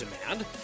demand